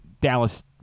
Dallas